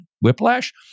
whiplash